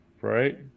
Right